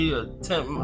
attempt